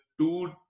two